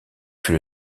fut